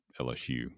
LSU